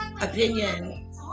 opinion